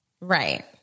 right